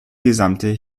gesamte